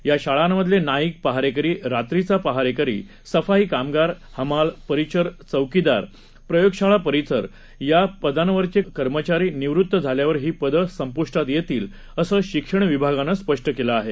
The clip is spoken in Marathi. या शाळांमधले नाईक पहारेकरी रात्रीचा पहारेकरी सफाई कामगार हमाल परिचर चौकीदार प्रयोगशाळा परिचर या पदांवरचे कर्मचारी निवृत्त झाल्यावर ही पदं संपुष्टात येतील असं शिक्षण विभागानं स्पष्ट केलं आहे